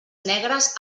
negres